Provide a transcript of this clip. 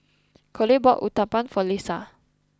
Kole bought Uthapam for Leisa